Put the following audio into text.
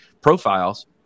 profiles